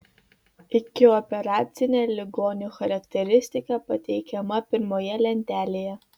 ikioperacinė ligonių charakteristika pateikiama pirmoje lentelėje